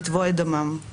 לתבוע את דמם.